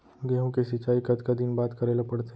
गेहूँ के सिंचाई कतका दिन बाद करे ला पड़थे?